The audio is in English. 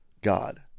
God